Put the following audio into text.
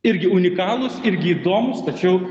irgi unikalūs irgi įdomūs tačiau